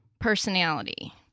personality